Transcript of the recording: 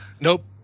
Nope